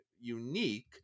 unique